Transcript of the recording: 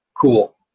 cool